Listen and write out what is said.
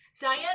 Diane